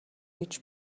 гэж